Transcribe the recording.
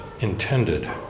intended